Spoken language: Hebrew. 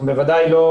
אנחנו בוודאי לא